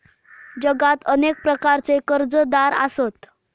जगात अनेक प्रकारचे कर्जदार आसत